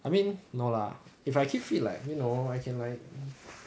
I mean no lah if I keep fit like you know I can like